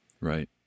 right